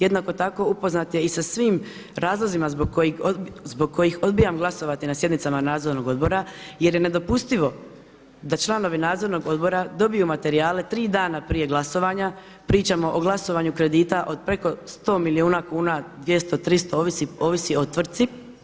Jednako tako upoznat je i sa svim razlozima zbog kojih odbijam glasovati na sjednicama nadzornog odbora jer je nedopustivo da članovi nadzornog odbora dobiju materijale 3 dana prije glasovanja, pričamo o glasovanju kredita od preko 100 milijuna kuna, 200, 300, ovisi o tvrtki.